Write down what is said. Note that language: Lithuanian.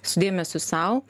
su dėmesiu sau